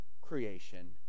creation